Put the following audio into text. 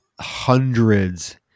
hundreds